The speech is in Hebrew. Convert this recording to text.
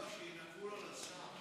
בבקשה.